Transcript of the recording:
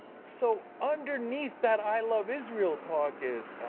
so underneath that i love israel talk is,